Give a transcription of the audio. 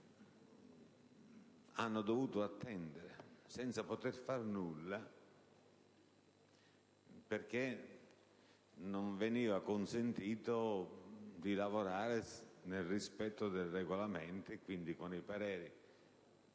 hanno dovuto attendere, senza poter fare nulla, perché non veniva consentito di lavorare nel rispetto del Regolamento e quindi con i pareri